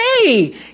hey